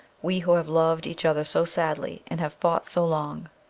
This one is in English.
we who have loved each other so sadly, and have fought so long.